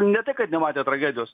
ne tai kad nematė tragedijos